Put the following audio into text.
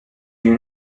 you